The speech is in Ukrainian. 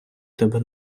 тебе